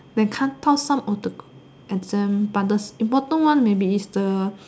when cut off some of the exam but the important one maybe is the